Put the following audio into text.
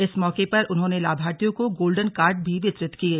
इस मौके पर उन्होंने लाभार्थियों को गोल्डन कार्ड भी वितरित किये